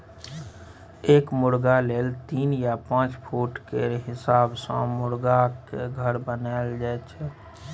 एक मुरगा लेल तीन या पाँच फुट केर हिसाब सँ मुरगाक घर बनाएल जाइ छै